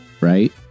right